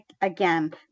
again